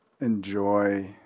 enjoy